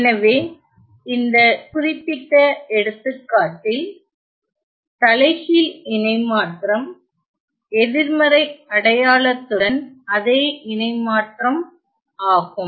எனவே இந்த குறிப்பிட்ட எடுத்துக்காட்டில் தலைகீழ் இணைமாற்றம் எதிர்மறை அடையாளத்துடன் அதே இணைமாற்றம் ஆகும்